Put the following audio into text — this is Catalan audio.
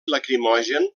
lacrimogen